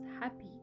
happy